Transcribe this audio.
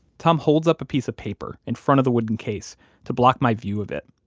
tom holds up a piece of paper in front of the wooden case to block my view of it.